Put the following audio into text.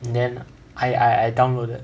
then I I I downloaded